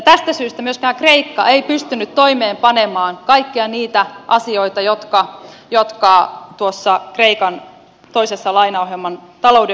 tästä syystä myöskään kreikka ei pystynyt toimeenpanemaan kaikkia niitä asioita jotka tuossa kreikan toisessa talouden uudistamisohjelmassa olivat